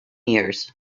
years